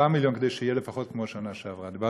מיליון כדי שיהיה לפחות כמו בשנה שעברה.